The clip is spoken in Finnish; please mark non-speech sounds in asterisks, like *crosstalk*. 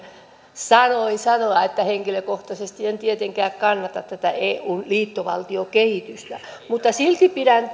sanoin sanoa että henkilökohtaisesti en tietenkään kannata eun liittovaltiokehitystä mutta silti pidän *unintelligible*